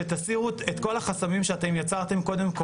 שתסירו את כל החסמים שאתם יצרתם קודם.